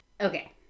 Okay